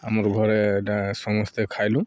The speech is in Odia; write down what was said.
ଆମର ଘରେ ସମସ୍ତେ ଖାଇଲୁ